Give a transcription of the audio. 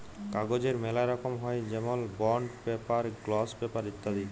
কাগজের ম্যালা রকম হ্যয় যেমল বন্ড পেপার, গ্লস পেপার ইত্যাদি